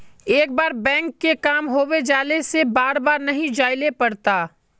एक बार बैंक के काम होबे जाला से बार बार नहीं जाइले पड़ता?